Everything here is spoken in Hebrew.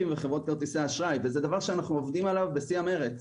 וחברותך כרטיסי האשראי וזה דבר שאנחנו עובדים עליו בשיא המרץ.